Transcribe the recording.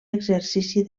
exercici